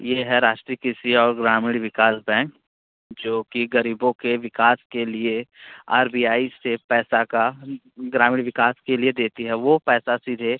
ये है राष्ट्रीय कृषि और ग्रामीण विकास बैंक जो कि गरीबो के विकास के लिए आर बी आई से पैसा का ग्रामीण विकास के लिए देती है वो पैसा सीधे